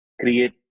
create